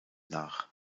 nach